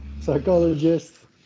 psychologist